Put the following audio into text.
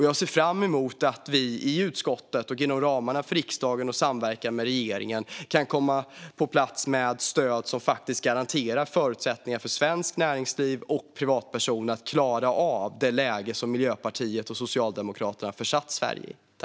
Jag ser fram emot att vi i utskottet och inom ramarna för riksdagen och samverkan med regeringen kan få till stöd som garanterar förutsättningar för svenskt näringsliv och privatpersoner att klara av det läge som Miljöpartiet som Socialdemokraterna har försatt Sverige i.